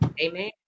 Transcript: Amen